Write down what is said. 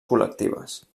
col·lectives